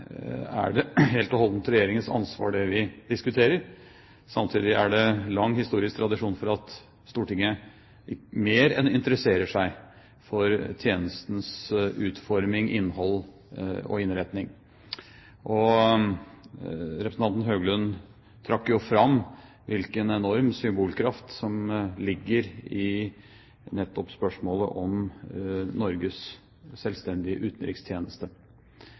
er det helt og holdent Regjeringens ansvar, det vi diskuterer. Samtidig er det lang historisk tradisjon for at Stortinget mer enn interesserer seg for tjenestens utforming, innhold og innretning. Representanten Høglund trakk fram hvilken enorm symbolkraft som nettopp ligger i spørsmålet om Norges selvstendige utenrikstjeneste.